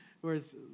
Whereas